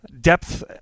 depth